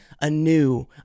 anew